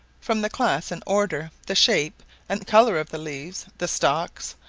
from the class and order, the shape and colour of the leaves, the stalks,